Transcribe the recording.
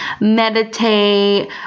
meditate